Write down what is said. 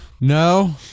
No